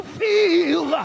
feel